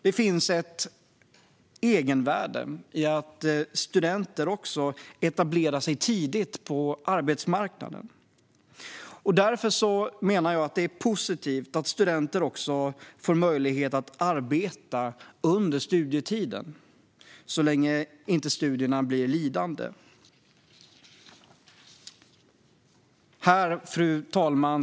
Det finns ett egenvärde i att studenter etablerar sig tidigt på arbetsmarknaden, och därför är det positivt att studenter får möjlighet att arbeta under studietiden, så länge studierna inte blir lidande. Fru talman!